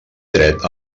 dret